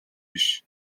биш